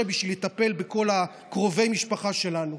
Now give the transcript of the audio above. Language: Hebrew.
בשביל לטפל בכל קרובי המשפחה שלנו.